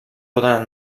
poden